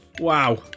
Wow